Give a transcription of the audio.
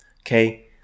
Okay